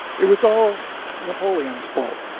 it was all napoleon's fault.